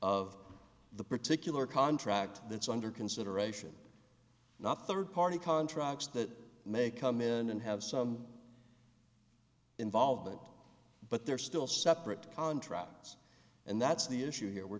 of the particular contract that's under consideration not third party contracts that may come in and have some involvement but they're still separate contracts and that's the issue here we